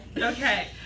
okay